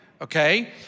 okay